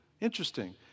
Interesting